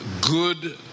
good